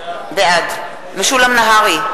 בעד משולם נהרי,